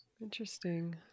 Interesting